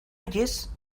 oyes